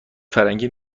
فرنگی